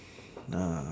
ah